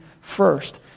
first